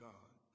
God